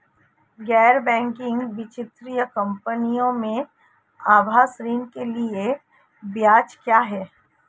गैर बैंकिंग वित्तीय कंपनियों में आवास ऋण के लिए ब्याज क्या है?